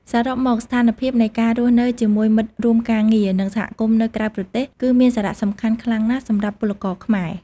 សរុបមកស្ថានភាពនៃការរស់នៅជាមួយមិត្តរួមការងារ និងសហគមន៍នៅក្រៅប្រទេស គឺមានសារៈសំខាន់ខ្លាំងណាស់សម្រាប់ពលករខ្មែរ ។